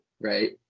right